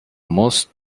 most